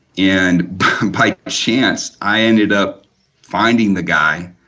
and by chance i ended up finding the guy.